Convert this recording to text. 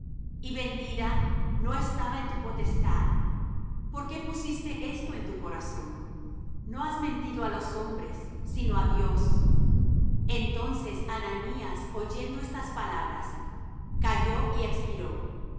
y vendida no estaba en tu potestad por qué pusiste esto en tu corazón no has mentido á los hombres sino á dios entonces ananías oyendo estas palabras cayó y espiró